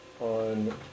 on